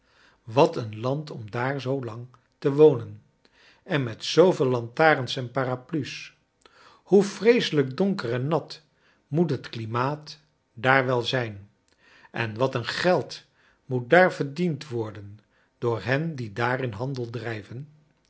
wat een land om daar zoo lang te wonen en met zoo veel lantarens en paraplu's hoe vreeselijk donker en nat moet het klimaat daar wel zijn en wat een geld moet daar verdiend vvorden door hen die daarin handel drijven